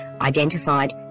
identified